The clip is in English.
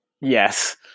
Yes